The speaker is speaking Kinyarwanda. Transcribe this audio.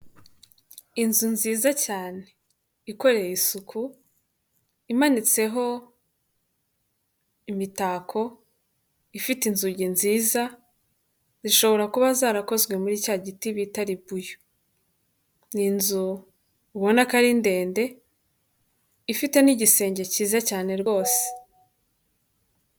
Inzu nziza cyane. Ikoreye isuku, imanitseho imitako, ifite inzugi nziza, zishobora kuba zarakozwe muri cya giti bita ribuyu. Ni inzu ubona ko ari ndende, ifite n'igisenge cyiza cyane rwose.